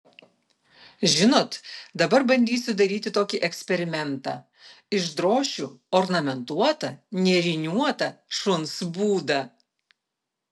žinot dabar bandysiu daryti tokį eksperimentą išdrošiu ornamentuotą nėriniuotą šuns būdą